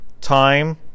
time